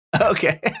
Okay